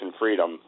freedom